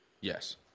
Yes